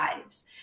lives